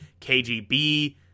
KGB